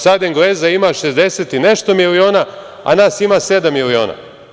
Sada Engleza ima 60 i nešto miliona, a nas ima sedam miliona.